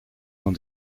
dans